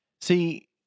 See